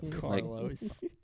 Carlos